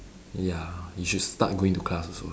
ya you should start going to class also